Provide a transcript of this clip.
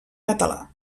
català